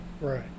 Right